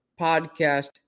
Podcast